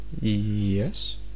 Yes